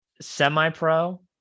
Semi-Pro